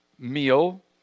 meal